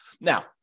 Now